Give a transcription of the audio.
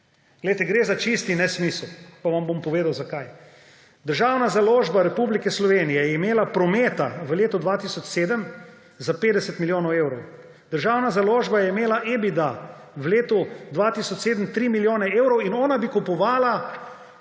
Glejte, gre za čisti nesmisel, pa vam bom povedal, zakaj. Državna založba Slovenije je imela prometa v letu 2007 za 50 milijonov evrov. Državna založba je imela EBIDA v letu 2007 – 3 milijone evrov in ona bi kupovala